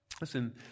Listen